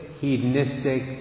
hedonistic